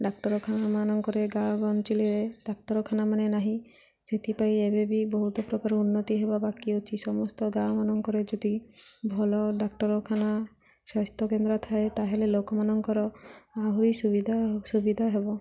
ଡାକ୍ତରଖାନା ମାନଙ୍କରେ ଗାଁ ଅଞ୍ଚଳରେ ଡାକ୍ତରଖାନା ମାନ ନାହିଁ ସେଥିପାଇଁ ଏବେ ବି ବହୁତ ପ୍ରକାର ଉନ୍ନତି ହେବା ବାକି ଅଛି ସମସ୍ତ ଗାଁ ମାନଙ୍କରେ ଯଦି ଭଲ ଡାକ୍ତରଖାନା ସ୍ୱାସ୍ଥ୍ୟକେନ୍ଦ୍ର ଥାଏ ତା'ହେଲେ ଲୋକମାନଙ୍କର ଆହୁରି ସୁବିଧା ସୁବିଧା ହେବ